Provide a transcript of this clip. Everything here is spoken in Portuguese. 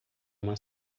uma